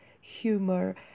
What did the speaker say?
humor